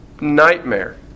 nightmare